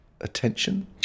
attention